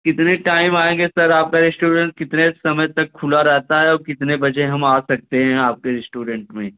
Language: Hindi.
कितने टाइम आएँगे सर आपका रेस्टोरेंट कितने समय तक खुला रहता है और कितने बजे हम आ सकते है आपके रेस्टूरेंट में